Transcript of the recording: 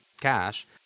cash